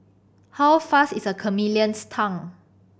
how fast is a chameleon's tongue